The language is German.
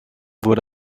wurde